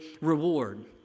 reward